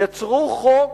יצרו חוק